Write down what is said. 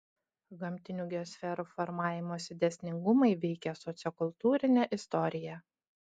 gamtinių geosferų formavimosi dėsningumai veikia sociokultūrinę istoriją